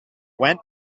went